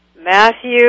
Matthew